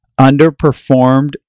underperformed